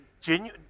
genuine